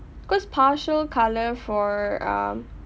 because partial colour for um